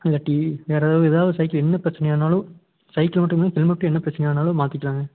இல்லாட்டி வேறு ஏதாவது ஏதாவது சைக்கிள் என்ன பிரச்சனை ஆனாலும் சைக்கிள் மட்டும் இல்லை ஹெல்மெட்டும் என்ன பிரச்சனையானாலும் மாற்றிக்கலாங்க